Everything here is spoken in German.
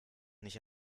nicht